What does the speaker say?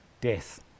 death